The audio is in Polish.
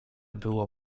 było